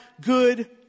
good